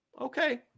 Okay